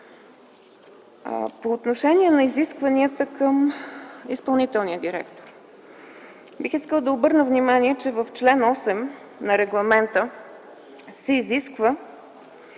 По отношение на изискванията към изпълнителния директор. Бих искала да обърна внимание, че в чл. 8 на регламента се изисква